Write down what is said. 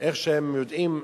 איך שהם יודעים,